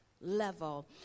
level